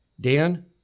Dan